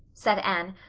said anne,